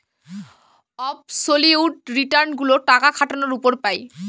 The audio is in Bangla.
অবসোলিউট রিটার্ন গুলো টাকা খাটানোর উপর পাই